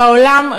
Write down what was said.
בעולם,